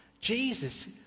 Jesus